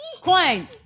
Coin